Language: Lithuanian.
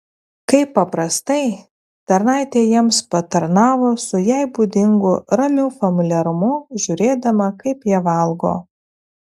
kaip paprastai tarnaitė jiems patarnavo su jai būdingu ramiu familiarumu žiūrėdama kaip jie valgo